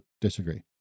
disagree